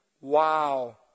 wow